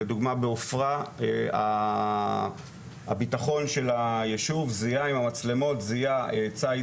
לדוגמה בעפרה הבטחון של היישוב זיהה עם המצלמות ציד